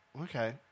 Okay